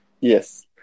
Yes